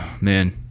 man